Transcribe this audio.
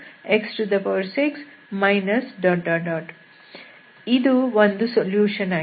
2x6 ಇದು ಒಂದು solution ಆಗಿದೆ